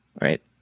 right